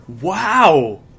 Wow